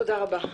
תודה רבה.